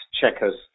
checkers